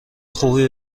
خوبی